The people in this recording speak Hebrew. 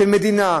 של המדינה,